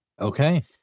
Okay